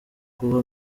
kuba